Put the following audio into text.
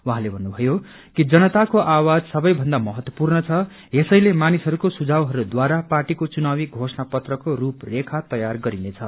उहाँले भन्नुभयो कि जनताको आवाज सबैभन्दा महत्त्वपूर्ण छ यसैले मानिसहरूको सुझाउहरूद्वारा पार्टीको चुनाउी घोषणा पत्रको रूपरेखा तयार गरिनेछ